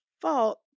fault